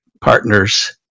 Partners